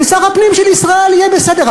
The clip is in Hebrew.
ושר הפנים של ישראל יהיה בסדר.